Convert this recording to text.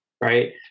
right